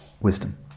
wisdom